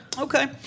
Okay